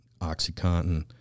OxyContin